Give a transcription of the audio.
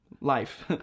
life